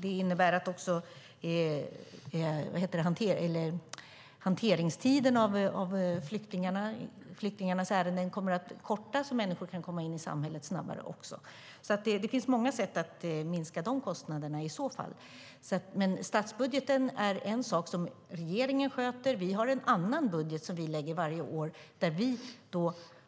Det innebär att handläggningstiden för flyktingärendena kommer att kortas och människor kan komma in i samhället snabbare. Det finns många sätt att minska kostnaderna. Statsbudgeten är en sak som regeringen sköter. Vi har en annan budget som vi lägger fram varje år och där vi